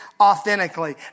authentically